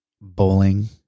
Bowling